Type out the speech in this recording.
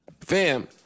Fam